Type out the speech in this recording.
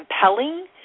compelling